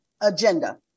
agenda